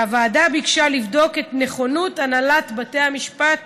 והוועדה ביקשה לבדוק את נכונות הנהלת בתי המשפט